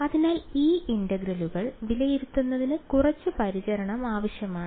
അതിനാൽ ഈ ഇന്റഗ്രലുകൾ വിലയിരുത്തുന്നതിന് കുറച്ച് പരിചരണം ആവശ്യമാണ്